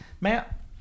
Matt